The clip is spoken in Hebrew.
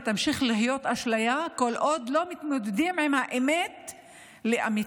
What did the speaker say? ותמשיך להיות אשליה כל עוד לא מתמודדים עם האמת לאמיתה: